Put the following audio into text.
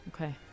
Okay